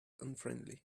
unfriendly